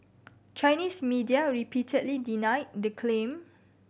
Chinese media repeatedly denied the claim